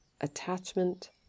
attachment